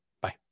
Bye